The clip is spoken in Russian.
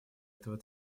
этого